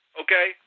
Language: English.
okay